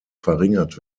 verringert